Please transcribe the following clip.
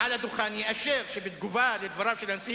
מעל לדוכן יאשר שבתגובה על דבריו של הנשיא